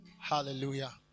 Hallelujah